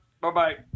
Bye-bye